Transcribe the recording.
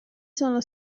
sono